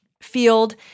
field